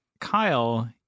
Kyle